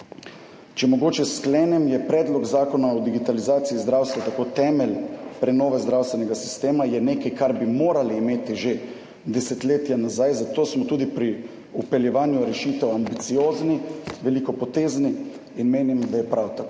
Če mogoče sklenem, je Predlog Zakona o digitalizaciji zdravstva tako temelj prenove zdravstvenega sistema, 41. TRAK: (NB) – 14.20 (Nadaljevanje) je nekaj, kar bi morali imeti že desetletja nazaj, zato smo tudi pri vpeljevanju rešitev ambiciozni, velikopotezni in menim, da je prav tako.